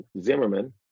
Zimmerman